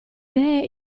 idee